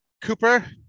Cooper